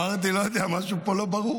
אמרתי, לא יודע, משהו פה לא ברור.